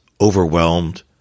overwhelmed